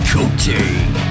Cote